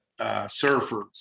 surfers